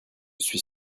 suis